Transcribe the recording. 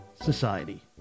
society